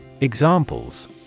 Examples